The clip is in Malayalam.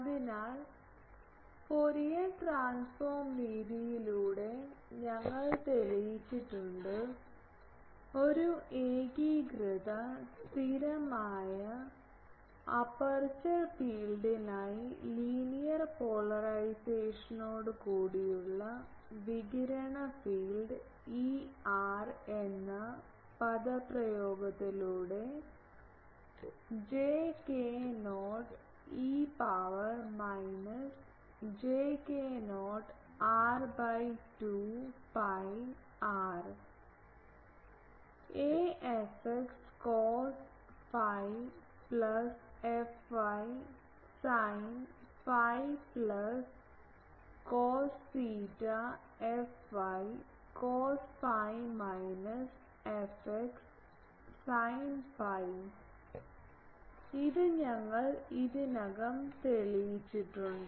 അതിനാൽ ഫ്യൂറിയർ ട്രാൻസ്ഫോർം രീതിയിലൂടെ ഞങ്ങൾ തെളിയിച്ചിട്ടുണ്ട് ഒരു ഏകീകൃത സ്ഥിരമായ അപ്പേർച്ചർ ഫീൽഡിനായി ലീനിയർ പോളറൈസേഷനോടുകൂടിയ വികിരണ ഫീൽഡ് E എന്ന പദപ്രയോഗത്തിലൂടെ j k0 e power minus j k0 r by 2 pi r a fx cos phi plus fy sine phi plus a cos theta fy cos phi minus fx sine phi ഇത് ഞങ്ങൾ ഇതിനകം തെളിയിച്ചിട്ടുണ്ട്